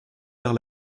vers